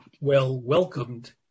well-welcomed